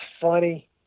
funny